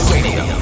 Radio